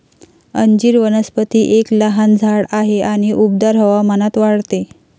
अंजीर वनस्पती एक लहान झाड आहे आणि उबदार हवामानात वाढते